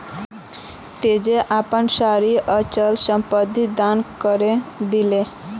तेजी अपनार सारी अचल संपत्ति दान करे दिले